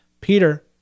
Peter